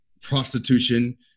prostitution